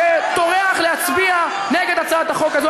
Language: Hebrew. שטורח להצביע נגד הצעת החוק הזו,